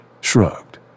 shrugged